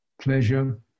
pleasure